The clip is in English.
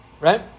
right